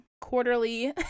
quarterly